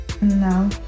No